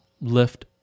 lift